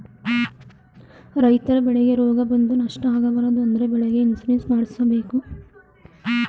ರೈತರ ಬೆಳೆಗೆ ರೋಗ ಬಂದು ನಷ್ಟ ಆಗಬಾರದು ಅಂದ್ರೆ ಬೆಳೆಗೆ ಇನ್ಸೂರೆನ್ಸ್ ಮಾಡ್ದಸ್ಸಬೇಕು